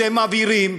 שמעבירים,